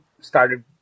started